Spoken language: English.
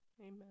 Amen